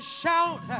shout